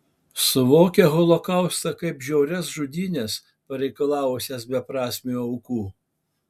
suvokia holokaustą kaip žiaurias žudynes pareikalavusias beprasmių aukų